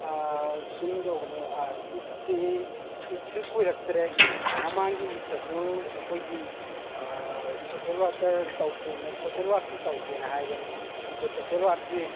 ꯁꯨꯝꯗꯧꯕꯅꯤ ꯏꯠꯁꯤ ꯏꯠꯁꯨ ꯀꯨꯏꯔꯛꯇ꯭ꯔꯦ ꯃꯃꯥꯡꯒꯤ ꯏꯠꯇꯁꯨ ꯑꯩꯈꯣꯏꯒꯤ ꯁꯣꯁꯦꯜ ꯋꯥꯛꯀꯔ ꯇꯧꯁꯦꯅ ꯁꯣꯁꯦꯜ ꯋꯥꯛꯁꯤ ꯇꯧꯁꯦꯅ ꯍꯥꯏꯕꯅꯦ ꯑꯗꯨ ꯁꯣꯁꯦꯜ ꯋꯥꯛꯁꯤ